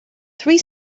three